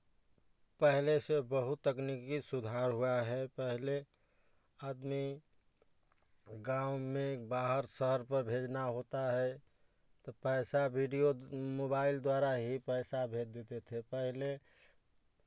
पहले से बहुत तकनीकी सुधार हुआ है पहले आदमी गाँव में बाहर शहर पे भेजना होता है तो पैसा वीडियो मोबाइल द्वारा ही पैसा भेज भी देते पहले